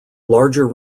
larger